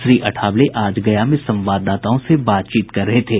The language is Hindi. श्री अठावले आज गया में संवाददाताओं से बातचीत कर रहे थे